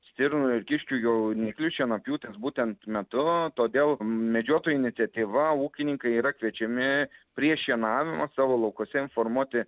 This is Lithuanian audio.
stirnų ir kiškių jauniklių šienapjūtės būtent metu todėl medžiotojų iniciatyva ūkininkai yra kviečiami prie šienavimo savo laukuose informuoti